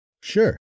Sure